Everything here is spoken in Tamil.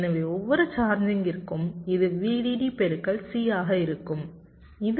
எனவே ஒவ்வொரு சார்ஜிங்கிற்கும் இது VDD பெருக்கல் C ஆக இருக்கும்